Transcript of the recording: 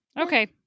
Okay